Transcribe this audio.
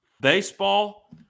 Baseball